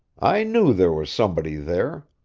i knew there was somebody there.